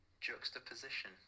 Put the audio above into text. Juxtaposition